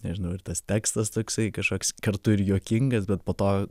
nežinau ar tas tekstas tokasi kažkoks kartu ir juokingas bet po to